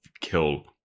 kill